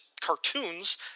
cartoons